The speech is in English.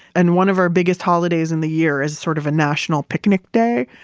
and one of our biggest holidays in the year is sort of a national picnic day.